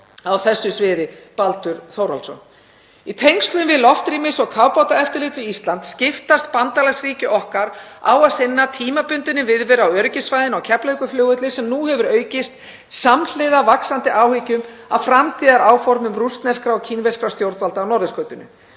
Í tengslum við loftrýmis- og kafbátaeftirlit við Ísland skiptast bandalagsríki okkar á að sinna tímabundinni viðveru á öryggissvæðinu á Keflavíkurflugvelli sem nú hefur aukist samhliða vaxandi áhyggjum af framtíðaráformum rússneskra og kínverskra stjórnvalda á norðurskautinu.